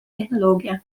tehnoloogia